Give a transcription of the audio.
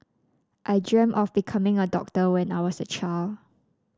I dreamt of becoming a doctor when I was a child